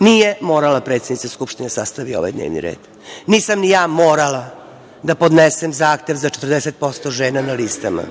Nije morala predsednica Skupštine da sastavi ovaj dnevni red. Nisam ni ja morala da podnesem zahtev za 40% žena na listama,